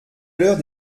l’heure